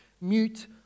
mute